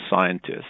scientists